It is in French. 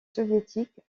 soviétiques